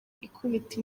ikubita